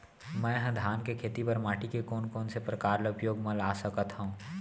मै ह धान के खेती बर माटी के कोन कोन से प्रकार ला उपयोग मा ला सकत हव?